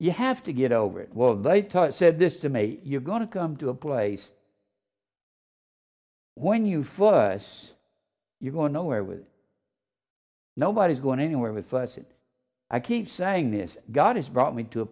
you have to get over it well they said this to me you're going to come to a place when you for us you go nowhere with nobody's going anywhere with us it i keep saying this god has brought me to a